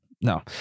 no